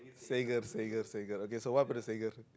Sager Sager Sager okay so what happened to Sager